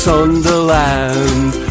Sunderland